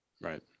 right